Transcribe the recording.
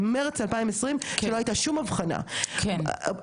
רשות האוכלוסין צריכה לקבל החלטה בעניין הזה,